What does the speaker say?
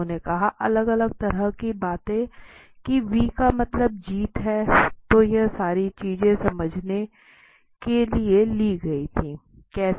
लोगों ने कहा अलग अलग तरह की बातें की v मतलब जीत है तो यह सारी चीजें समझने के लिए ली गई थी